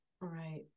Right